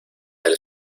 del